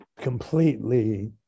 completely